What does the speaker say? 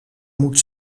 moet